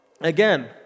again